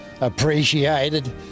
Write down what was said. appreciated